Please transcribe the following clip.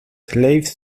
slaves